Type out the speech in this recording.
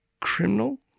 criminal